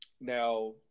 Now